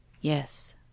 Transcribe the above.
yes